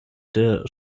der